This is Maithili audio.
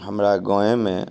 हमरा गामहिमे